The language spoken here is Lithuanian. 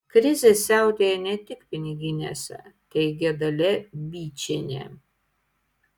krizė siautėja ne tik piniginėse teigia dalia byčienė